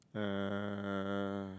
uh